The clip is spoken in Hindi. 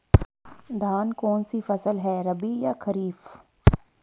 धान कौन सी फसल है रबी या खरीफ?